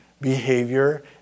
behavior